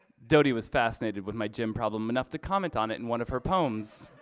dodie was fascinated with my gym problem enough to comment on it in one of her poems.